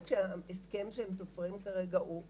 אני חושבת שההסכם שהם תופרים כרגע הוא מחורר,